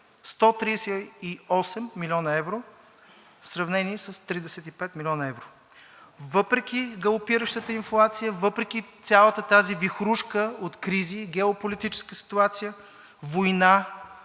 138 млн. евро в сравнение с 35 млн. евро. Въпреки галопиращата инфлация, въпреки цялата тази вихрушка от кризи, геополитическа ситуация, война